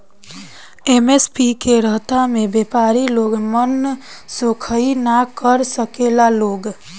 MSP के रहता में व्यपारी लोग मनसोखइ ना कर सकेला लोग